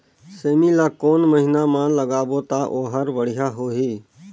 सेमी ला कोन महीना मा लगाबो ता ओहार बढ़िया होही?